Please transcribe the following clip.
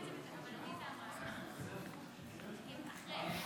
אדוני היושב-ראש, ראש הממשלה, כנסת נכבדה,